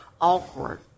awkward